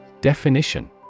Definition